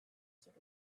sort